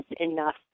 enough